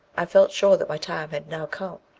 i felt sure that my time had now come,